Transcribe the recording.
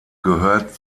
gehört